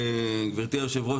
גברתי היושבת ראש,